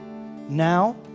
Now